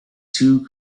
two